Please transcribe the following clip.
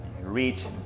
Reach